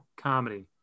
comedy